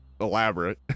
elaborate